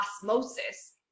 osmosis